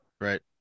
Right